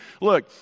Look